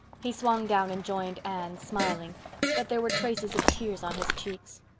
he swung down and joined anne, smiling but there were traces of tears on his cheeks.